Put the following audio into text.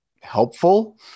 helpful